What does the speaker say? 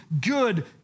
good